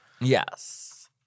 Yes